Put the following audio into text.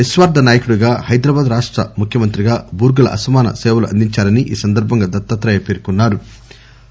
నిశ్వార్ద నాయకుడిగా హైదరాబాద్ రాష్ట ముఖ్యమంత్రిగా బూర్గుల అసమాన సేవలు అందించారిన ఈ సందర్బంగా దత్తాత్రేయ పేర్కొన్నారు